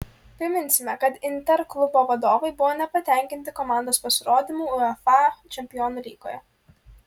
priminsime kad inter klubo vadovai buvo nepatenkinti komandos pasirodymu uefa čempionų lygoje